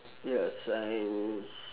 ya science